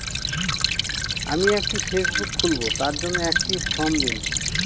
আমি একটি ফেসবুক খুলব তার জন্য একটি ফ্রম দিন?